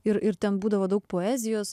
ir ir ten būdavo daug poezijos